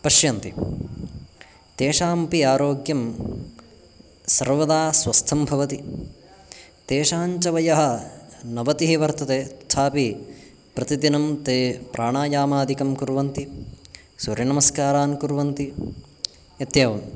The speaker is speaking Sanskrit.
पश्यन्ति तेषामपि आरोग्यं सर्वदा स्वस्थं भवति तेषां च वयः नवतिः वर्तते तथापि प्रतिदिनं ते प्राणायामादिकं कुर्वन्ति सूर्यनमस्कारान् कुर्वन्ति इत्येवम्